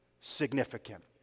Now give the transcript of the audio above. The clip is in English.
significant